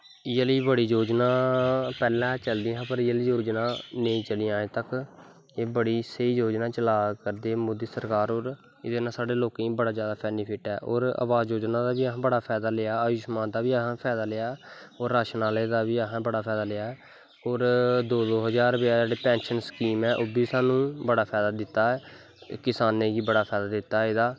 इयै जेही बड़ी योजना पैह्लैं चलदियां हां पर एह् जेहियां योजना नेंई चलियां अज तक एह् बड़ी स्हेई योजनां चला करदे मोदी सरकार होर एह्ॅदै कन्नै साढ़े लोकें गी बड़ा बैनिफिट ऐ और अवास योजनां दा बी असैं बड़ा फैदा लेआ अयुष्मान योजना दा बी फैदा ले आ और राशन आह्ले दा बी असैं बड़ा फैदा लेआ ऐ औल दोे दो ज्हार रपेआ जेह्ड़ा पैंशन ओह् बी साह्नू बड़ा फैदा दित्ता ऐ किसानें गी बड़ा फैदा दित्ता एह्दा